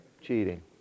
cheating